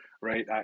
right